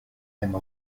même